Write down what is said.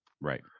Right